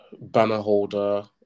banner-holder